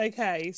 Okay